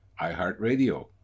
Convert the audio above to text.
iHeartRadio